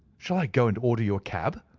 shall i go and order you a cab?